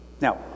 Now